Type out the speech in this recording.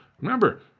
remember